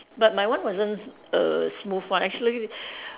but my one wasn't err smooth one actually